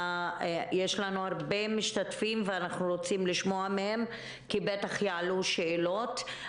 יש לנו הרבה משתתפים ואנחנו רוצים לשמוע מהם כי בטח יעלו שאלות.